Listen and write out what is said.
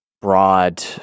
broad